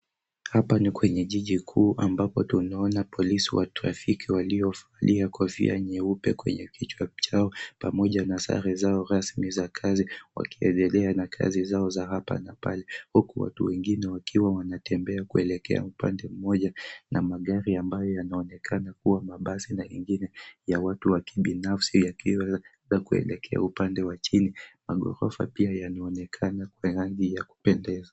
Hapa ni kwenye jiji kuu ambapo tunaona polisi wa trafiki waliovalia kofia nyeupe kwenye kichwa chao pamoja na sare zao rasmi za kazi wakiendelea na kazi zao za hapa na pale huku watu wengine wakiwa wanatembea kuelekea upande mmoja na magari ambayo yanaonekana kuwa mabasi na ingine ya watu wa kibinafsi yaki na kuelekea upande wa chini. Maghorofa pia yanaonekana kwa rangi ya kupendeza.